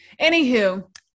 anywho